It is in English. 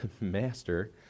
master